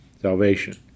salvation